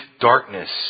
darkness